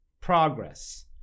Progress